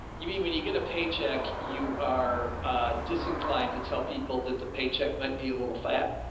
you mean when you get a paycheck, you are ah disinclined to tell people that the paycheck might be a little fat.